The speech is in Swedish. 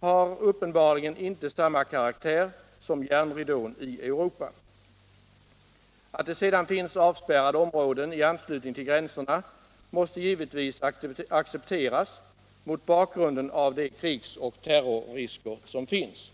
har uppenbarligen inte samma karaktär som järnridån i Europa. Att det sedan finns avspärrade områden i anslutning till gränserna måste givetvis accepteras mot bakgrunden av de krigsoch terrorrisker som finns.